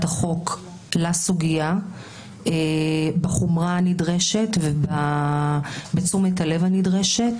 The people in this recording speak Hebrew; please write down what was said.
החוק לסוגיה בחומרה הנדרשת ובתשומת הלב הנדרשת